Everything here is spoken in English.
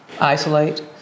isolate